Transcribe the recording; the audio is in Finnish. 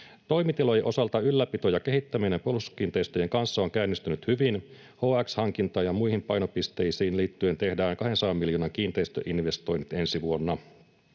Toimitilojen osalta ylläpito ja kehittäminen Puolustuskiinteistöjen kanssa on käynnistynyt hyvin. HX-hankintaan ja muihin painopisteisiin liittyen tehdään 200 miljoonan kiinteistöinvestoinnit ensi vuonna.